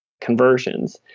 conversions